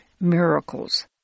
miracles